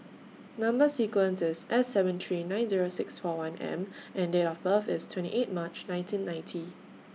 Number sequence IS S seven three nine Zero six four one M and Date of birth IS twenty eighth March nineteen ninety